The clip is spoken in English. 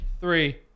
Three